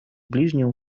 ближнего